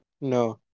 No